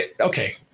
Okay